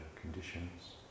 conditions